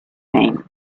same